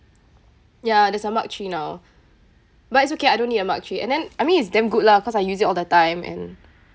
ya there's a mark three now but it's okay I don't need a mark three and then I mean it's damn good lah cause I use it all the time and